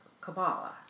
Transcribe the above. Kabbalah